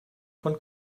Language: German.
von